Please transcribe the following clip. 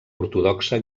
ortodoxa